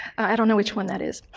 i don't know which one that is.